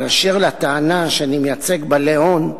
אבל אשר לטענה שאני מייצג בעלי הון,